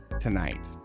Tonight